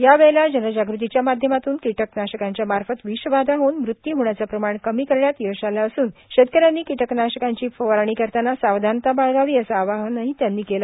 यावेळेला जनजागृतीच्या माध्यमातून कीटकनाशकांच्या मार्फत विषबाधा होऊन मृत्यू होण्याचं प्रमाण कमी करण्यात यश आलं असून शेतकऱ्यांनी कीटकनाशकांची फवारणी करताना सावधानता बाळगावी असं आवाहनही त्यांनी केलं